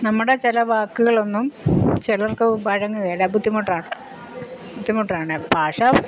നമ്മുടെ ചില വാക്കുകളൊന്നും ചിലർക്ക് വഴങ്ങുകേല ബുദ്ധിമുട്ടാണ് ബുദ്ധിമുട്ടാണ് ഭാഷ